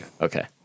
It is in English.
Okay